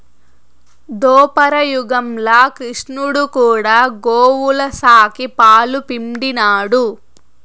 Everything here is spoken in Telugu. దోపర యుగంల క్రిష్ణుడు కూడా గోవుల సాకి, పాలు పిండినాడు